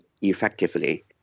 effectively